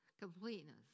completeness